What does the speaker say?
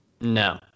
No